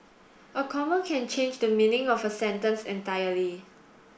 a comma can change the meaning of a sentence entirely